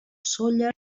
sóller